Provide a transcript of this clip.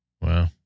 Wow